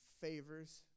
favors